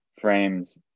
frames